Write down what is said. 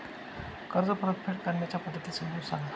कर्ज परतफेड करण्याच्या पद्धती समजून सांगा